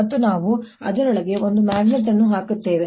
ಮತ್ತು ನಾವು ಅದರೊಳಗೆ ಒಂದು ಮ್ಯಾಗ್ನೆಟ್ ಅನ್ನು ಹಾಕುತ್ತೇವೆ